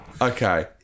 Okay